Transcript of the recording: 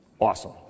awesome